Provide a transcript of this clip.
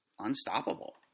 Unstoppable